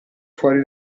fuori